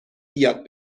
یاد